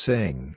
Sing